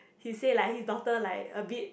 he say like his daughter like a bit